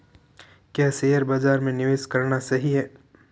क्या शेयर बाज़ार में निवेश करना सही है?